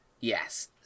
Yes